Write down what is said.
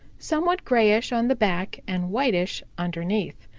somewhat grayish on the back and whitish underneath.